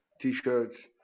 T-shirts